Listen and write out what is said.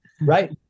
Right